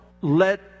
let